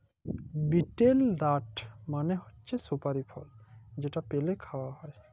betel nut মালে হছে সুপারি ফল যেট পালে খাউয়া হ্যয়